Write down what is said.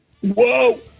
Whoa